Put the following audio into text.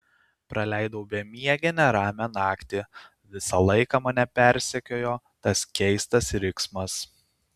praleidau bemiegę neramią naktį visą laiką mane persekiojo tas keistas riksmas